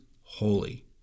holy